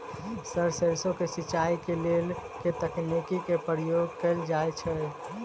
Sir सैरसो केँ सिचाई केँ लेल केँ तकनीक केँ प्रयोग कैल जाएँ छैय?